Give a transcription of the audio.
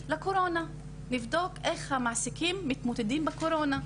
לקורונה: לבדוק איך המעסיקים מתמודדים בקורונה.